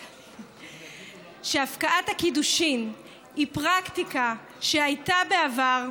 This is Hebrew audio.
הוא שהפקעת הקידושין היא פרקטיקה שהייתה בעבר,